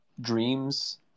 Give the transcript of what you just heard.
dreams